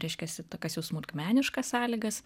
reiškiasi tokias jau smulkmeniškas sąlygas